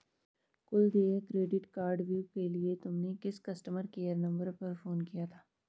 कुल देय क्रेडिट कार्डव्यू के लिए तुमने किस कस्टमर केयर नंबर पर फोन किया था?